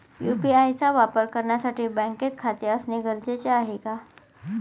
UPI चा वापर करण्यासाठी बँकेत खाते असणे गरजेचे आहे का?